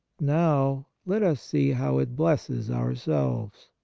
now let us see how it blesses ourselves.